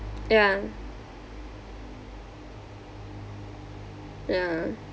ya ya